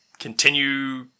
Continue